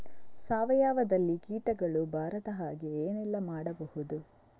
ಸಾವಯವದಲ್ಲಿ ಕೀಟಗಳು ಬರದ ಹಾಗೆ ಏನೆಲ್ಲ ಮಾಡಬಹುದು?